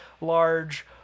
large